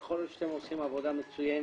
יכול להיות שאתם עושים עבודה מצוינת,